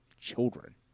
children